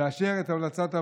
לאשר את המלצת הוועדה.